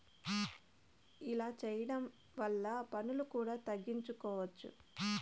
ఇలా చేయడం వల్ల పన్నులు కూడా తగ్గించుకోవచ్చు